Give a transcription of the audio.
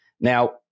Now